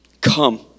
Come